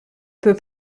peu